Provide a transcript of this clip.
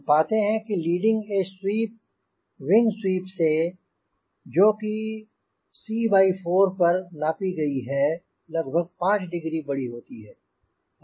हम पाते हैं कि leading edge sweep wing sweep से जो कि c 4 पर नापी गई है लगभग 5 डिग्री बड़ी होती है